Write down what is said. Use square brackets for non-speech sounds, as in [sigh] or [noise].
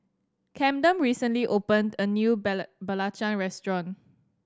Camden recently opened a new [unintelligible] belacan restaurant